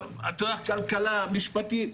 כלכלה, משפטי,